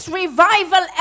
revival